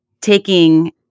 taking